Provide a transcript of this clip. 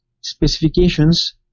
specifications